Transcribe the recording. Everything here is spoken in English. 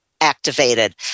activated